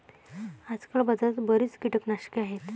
आजकाल बाजारात बरीच कीटकनाशके आहेत